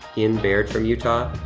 ian baird from utah.